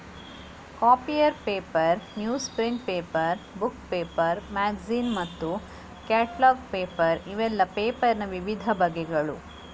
copier paper, newsprint paper, book paper, magazine ಮತ್ತು catalogue paper ಇವೆಲ್ಲ ಪೇಪರಿನ ವಿವಿಧ ಬಗೆಗಳು